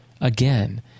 again